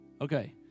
Okay